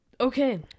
Okay